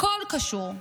הכול קשור.